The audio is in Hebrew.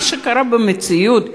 מה שקרה במציאות: